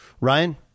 Ryan